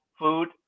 food